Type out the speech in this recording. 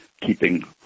keeping